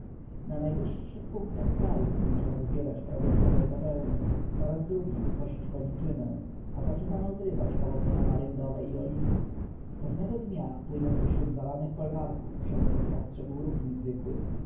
na najwyższych punktach kraju kończono zbierać pewien rodzaj bawełny i po raz drugi kosić koniczynę a zaczynano zrywać owoce tamaryndowe i oliwki pewnego dnia płynąc wzdłuż zalanych folwarków książę spostrzegł ruch niezwykły